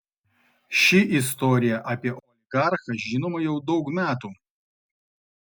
ši istorija apie oligarchą žinoma jau daug metų